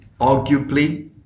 arguably